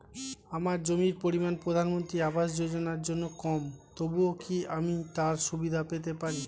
আমার জমির পরিমাণ প্রধানমন্ত্রী আবাস যোজনার জন্য কম তবুও কি আমি তার সুবিধা পেতে পারি?